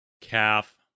calf